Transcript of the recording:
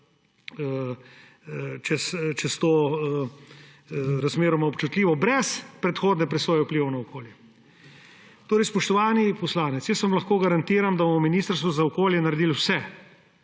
čez to razmeroma občutljivo območje – brez predhodne presoje vplivov na okolje. Torej, spoštovani poslanec, lahko vam garantiram, da bomo v Ministrstvu za okolje naredili vse,